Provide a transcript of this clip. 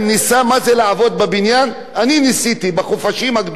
בחופש הגדול עבדתי בבניין כמו רוב הערבים.